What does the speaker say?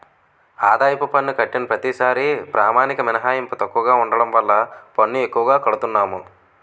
ఆదాయపు పన్ను కట్టిన ప్రతిసారీ ప్రామాణిక మినహాయింపు తక్కువగా ఉండడం వల్ల పన్ను ఎక్కువగా కడతన్నాము